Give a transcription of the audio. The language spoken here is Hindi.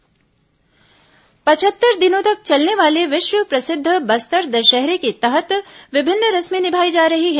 बस्तर दशहरा पचहत्तर दिनों तक चलने वाले विश्व प्रसिद्ध बस्तर दशहरे के तहत विभिन्न रस्में निभाई जा रही है